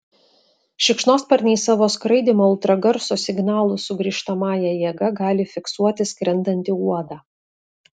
šikšnosparniai savo skraidymo ultragarso signalų sugrįžtamąja jėga gali fiksuoti skrendantį uodą